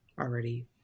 already